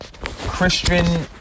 Christian